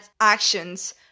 actions